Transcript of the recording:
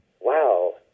wow